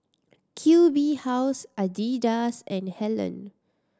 Q B House Adidas and Helen